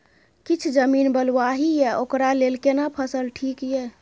किछ जमीन बलुआही ये ओकरा लेल केना फसल ठीक ये?